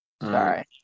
Sorry